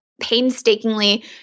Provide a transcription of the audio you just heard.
painstakingly